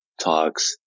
talks